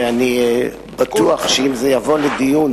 ואני בטוח שאם זה יבוא לדיון,